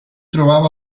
trobava